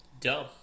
Dumb